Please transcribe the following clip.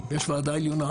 יש ועדה עליונה.